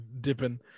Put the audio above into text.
dipping